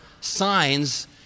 signs